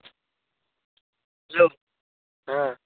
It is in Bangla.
হ্যালো হ্যাঁ